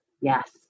Yes